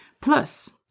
Plus